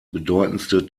bedeutendste